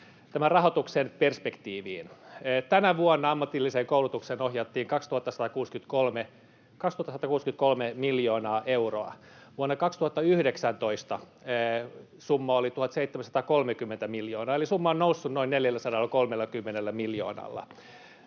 tämän rahoituksen perspektiiviin: Tänä vuonna ammatilliseen koulutukseen ohjattiin 2 163 miljoonaa euroa. Vuonna 2019 summa oli 1 730 miljoonaa, eli summa on noussut noin 430 miljoonalla.